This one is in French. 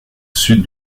sud